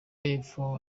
y’epfo